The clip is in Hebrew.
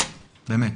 באמת.